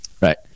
right